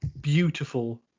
beautiful